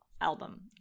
album